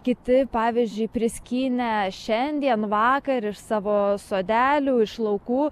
kiti pavyzdžiui priskynę šiandien vakar iš savo sodelių iš laukų